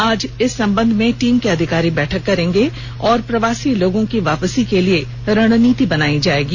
आज इस संबंध में टीम के अधिकारी बैठक करेंगे और प्रवासी लोगों की वापसी के लिए रणनीति बनाई जायेगी